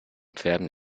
pferden